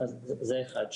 זה אחד.